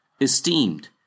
esteemed